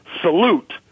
Salute